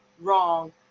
wrong